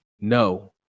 no